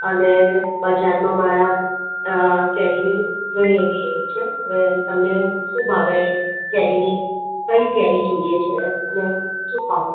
અને બજારમાં મારા કેરીની ઘણી બધી એવી છે હવે તમને શું ભાવે કેરીની કઈ કેરી જોઈએ છે અને શું ભાવે